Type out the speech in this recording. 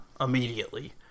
immediately